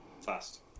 Fast